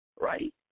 right